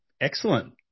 Excellent